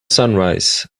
sunrise